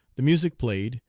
the music played,